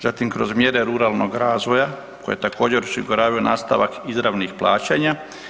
Zatim kroz mjere ruralnog razvoja koje također osiguravaju nastavak izravnih plaćanja.